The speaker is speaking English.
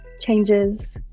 changes